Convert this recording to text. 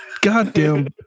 goddamn